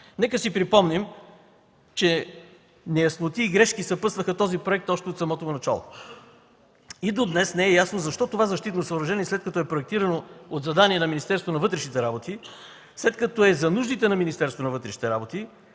Нека си припомним, че неясноти и грешки съпътстваха този проект още от самото му начало. И до днес не е ясно защо това защитно съоръжение, след като е проектирано от задание на Министерството на вътрешните работи,